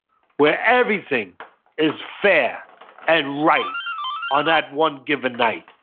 where everything is fair and right on that one given night.